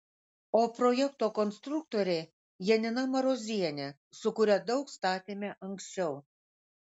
o projekto konstruktorė janina marozienė su kuria daug statėme anksčiau